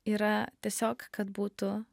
yra tiesiog kad būtų